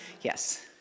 Yes